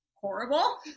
horrible